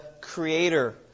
creator